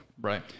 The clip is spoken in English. Right